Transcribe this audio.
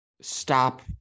stop